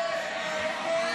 ההצעה